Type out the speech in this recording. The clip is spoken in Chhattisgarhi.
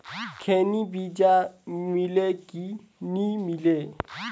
खैनी बिजा मिले कि नी मिले?